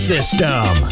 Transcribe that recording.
System